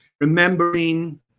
remembering